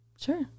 Sure